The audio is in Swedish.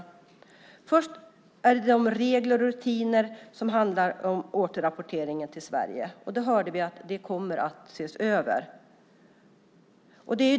Det första området är de regler och rutiner som handlar om återrapportering till Sverige. Vi kunde höra här att de frågorna kommer att ses över.